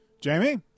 Jamie